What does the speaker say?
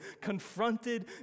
confronted